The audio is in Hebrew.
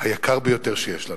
היקר ביותר שיש לנו.